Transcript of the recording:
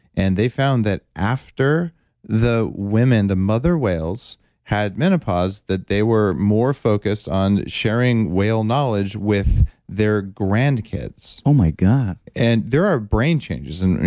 and they found that after the women, the mother whales had menopause, that they were more focused on sharing whale knowledge with their grandkids oh, my god and there are brain changes, and